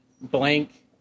Blank